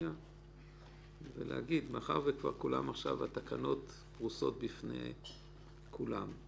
מאחר שהתקנות פרוסות בפני כולם,